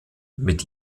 mit